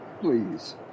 please